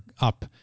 up